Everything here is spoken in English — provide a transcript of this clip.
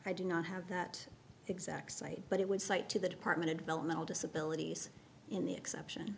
i do not have that exact site but it would cite to the department of developmental disability in the exception